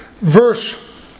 verse